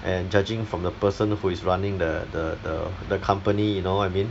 and judging from the person who is running the the the the company you know what I mean